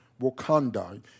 Wakanda